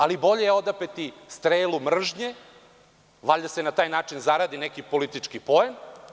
Ali, bolje odapeti strelu mržnje, valjda se na taj način zaradi neki politički poen.